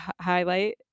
highlight